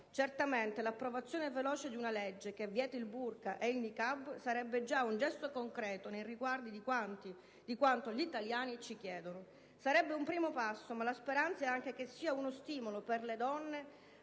Certamente l'approvazione veloce di una legge che vieta il *burqa* ed il *niqab* sarebbe già un gesto concreto nei riguardi di quanto gli italiani ci chiedono. Sarebbe un primo passo, ma la speranza è anche che sia uno stimolo per le donne